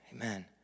Amen